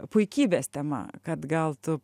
puikybės tema kad gal tu